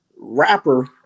rapper